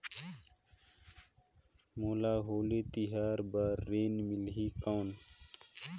मोला होली तिहार बार ऋण मिलही कौन?